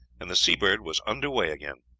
and the seabird was under way again.